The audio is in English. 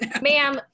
Ma'am